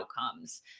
outcomes